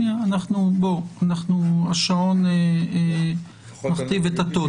השעון מכתיב את הטון.